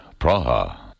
Praha